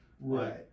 Right